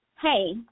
hey